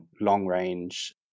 long-range